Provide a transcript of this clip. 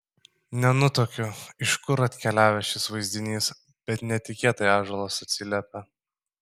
nenutuokiu iš kur atkeliavęs šis vaizdinys bet netikėtai ąžuolas atsiliepia